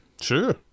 Sure